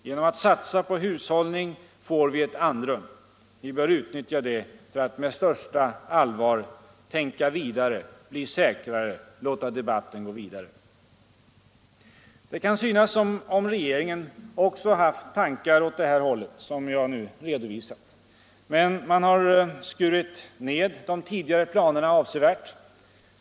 Genom att satsa på hushållning får vi ett andrum. Vi bör utnyttja det för att med större allvar tänka vidare, bli säkrare, låta debatten gå vidare. Det kan synas som om regeringen också haft tankar åt det håll som jag nu redovisat. Man har skurit ned de tidigare planerna avsevärt.